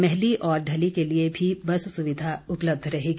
मैहली और ढली के लिए भी बस सुविधा उपलब्ध रहेगी